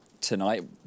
tonight